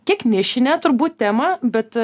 kiek nišinę turbūt temą bet